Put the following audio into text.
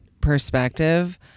perspective